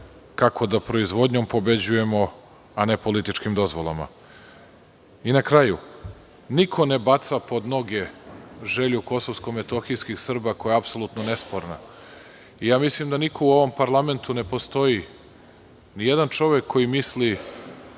kako da proizvodnjom pobeđujemo, a ne političkim dozvolama. Na kraju, niko ne baca pod noge želju kosovsko-metohijskih Srba, koja je apsolutno nesporna. Mislim da u ovom parlamentu ne postoji nijedan čovek koji misli